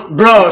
bro